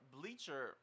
Bleacher